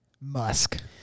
Musk